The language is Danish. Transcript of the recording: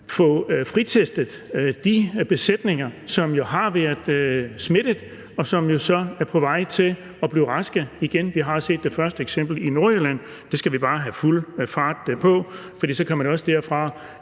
få fritestet de besætninger, som jo har været smittet, og som så er på vej til at blive raske igen. Vi har set det første eksempel i Nordjylland, og det skal vi bare have fuld fart på med, for så kan man også derfra,